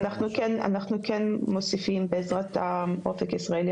אנחנו כן מוסיפים בעזרת אופק ישראלי,